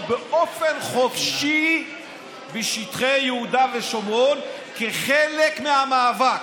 באופן חופשי בשטחי יהודה ושומרון כחלק מהמאבק.